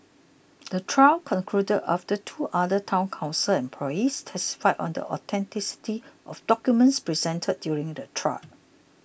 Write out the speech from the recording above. the trial concluded after two other Town Council employees testified on the authenticity of documents presented during the trial